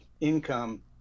income